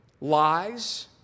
lies